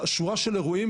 שורה של אירועים.